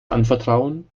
anvertrauen